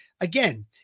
again